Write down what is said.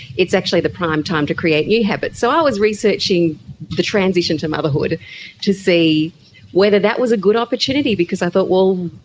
it's actually the prime time to create new habits. so i was researching the transition to motherhood to see whether that was a good opportunity because i thought, well,